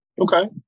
okay